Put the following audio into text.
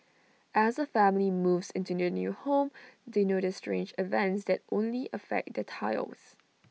as A family moves into their new home they notice strange events that only affect their tiles